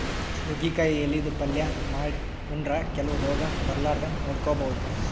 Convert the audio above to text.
ನುಗ್ಗಿಕಾಯಿ ಎಲಿದ್ ಪಲ್ಯ ಮಾಡ್ ಉಂಡ್ರ ಕೆಲವ್ ರೋಗ್ ಬರಲಾರದಂಗ್ ನೋಡ್ಕೊಬಹುದ್